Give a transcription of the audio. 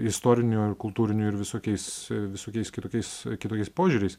istoriniu kultūriniu ir visokiais visokiais kitokiais kitokiais požiūriais